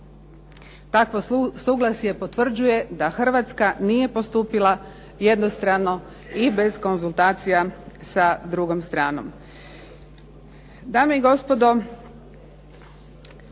takvo suglasje potvrđuje da Hrvatska nije postupila jednostrano i bez konzultacija sa drugom stranom.